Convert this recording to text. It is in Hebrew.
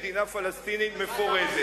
מדינה פלסטינית מפורזת,